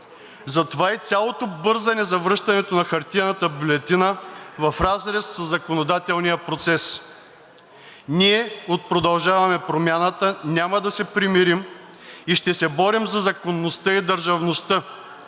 Затова е и цялото бързане за връщането на хартиената бюлетина, в разрез със законодателния процес. Ние от „Продължаваме Промяната“ няма да се примирим и ще се борим за законността и държавността,